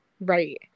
right